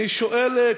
אני שואל,